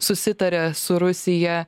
susitarė su rusija